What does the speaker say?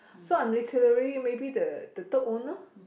so I'm literally maybe the the third owner